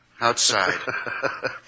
Outside